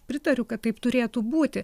pritariu kad taip turėtų būti